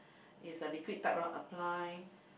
is a liquid type lor apply